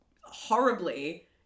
horribly